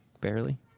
Barely